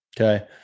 Okay